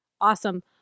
Awesome